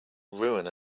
ruin